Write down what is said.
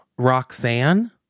Roxanne